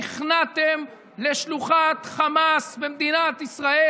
נכנעתם לשלוחת חמאס במדינת ישראל,